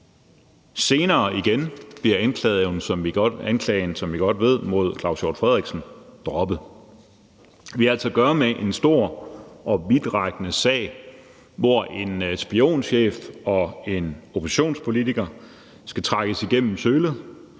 Senere igen bliver anklagen, som vi godt ved, mod Claus Hjort Frederiksen droppet. Vi har altså at gøre med en stor og vidtrækkende sag, hvor en spionchef og en oppositionspolitiker skal trækkes igennem sølet